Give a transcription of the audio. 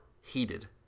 Heated